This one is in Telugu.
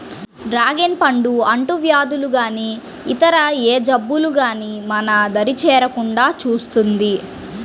డ్రాగన్ పండు అంటువ్యాధులు గానీ ఇతర ఏ జబ్బులు గానీ మన దరి చేరకుండా చూస్తుంది